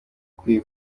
ukwiye